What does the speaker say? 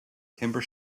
timber